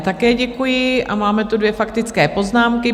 Také děkuji a máme tu dvě faktické poznámky.